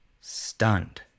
stunned